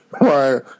Right